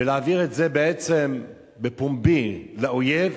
ולהעביר את זה בפומבי לאויב,